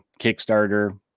Kickstarter